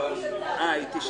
ואני לא